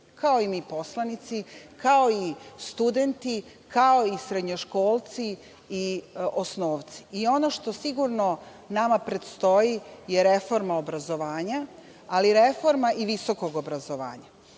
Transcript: kao i mi poslanici, kao i studenti, kao i srednjoškolci i osnovci. Ono što sigurno nama predstoji je reforma obrazovanja, ali reforma i visokog obrazovanja.